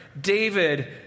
David